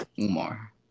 umar